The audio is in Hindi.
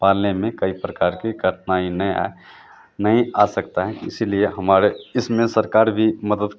पालने में कई परकार की कठिनाई नहीं आ नहीं आ सकता है इसलिए हमारे इसमें सरकार भी मदद